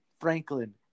Franklin